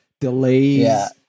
delays